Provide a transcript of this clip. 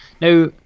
now